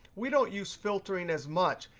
we don't use filtering as much,